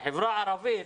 בחברה הערבית